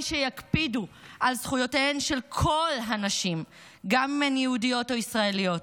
שיקפידו על זכויותיהן של כל הנשים גם אם הן יהודיות או ישראליות.